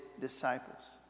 disciples